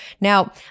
Now